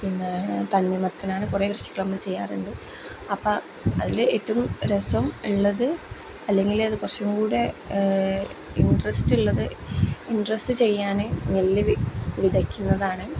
പിന്നെ തണ്ണിമത്തൻ അങ്ങനെ കുറേ കൃഷിയൊക്കെ നമ്മൾ ചെയ്യാറുണ്ട് അപ്പം അതിൽ ഏറ്റവും രസം ഉള്ളത് അല്ലെങ്കിൽ അത് കുറച്ചുംകൂടെ ഇൻട്രസ്റ്റ് ഉള്ളത് ഇൻട്രസ്റ്റ് ചെയ്യാൻ നെല്ല് വിതക്കുന്നതാണ്